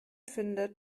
findet